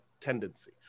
tendency